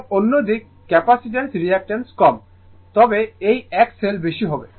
এবং অন্য দিকে ক্যাপ্যাসিট্যান্স রিঅ্যাকটাঁস কম তবে এই XL বেশি হবে